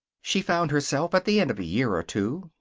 she found herself, at the end of a year or two,